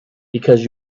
because